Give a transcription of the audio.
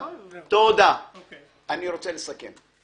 אני רוצה לסכם.